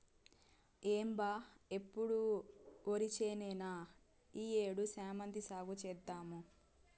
ఏం బా ఎప్పుడు ఒరిచేనేనా ఈ ఏడు శామంతి సాగు చేద్దాము